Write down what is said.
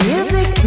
Music